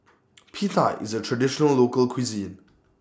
Pita IS A Traditional Local Cuisine